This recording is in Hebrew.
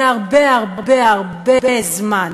מזה הרבה הרבה הרבה זמן.